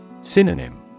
Synonym